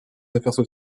affaires